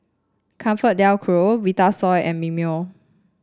ComfortDelGro Vitasoy and Mimeo